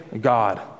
God